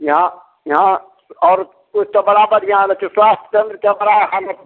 यहाँ यहाँ आओर किछु तऽ बड़ा बढ़िआँ लेकिन स्वास्थ केन्द्रके बड़ा हालत